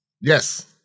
Yes